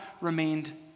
remained